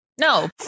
No